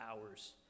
hours